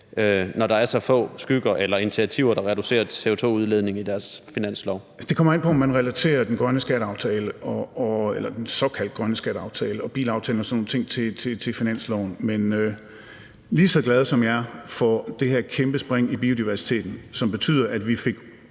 når der er så få initiativer, der reducerer CO2-udledningen i deres finanslov. Kl. 15:52 Torsten Gejl (ALT): Det kommer an på, om man relaterer den såkaldt grønne skatteaftale og bilaftalen og sådan nogle ting til finansloven, men lige så glad som jeg er for det her kæmpe spring i biodiversiteten, som betød, at vi fik